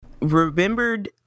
remembered